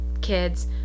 kids